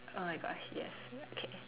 oh my gosh yes okay